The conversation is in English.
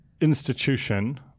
institution